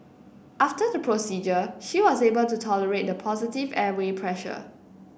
after the procedure she was able to tolerate the positive airway pressure